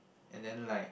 and then like